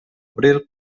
abril